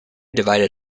divided